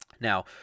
Now